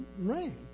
rain